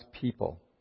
people